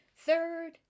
Third